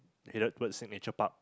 headed towards signature park